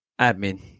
Admin